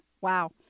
Wow